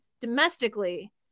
domestically